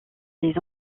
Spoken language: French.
les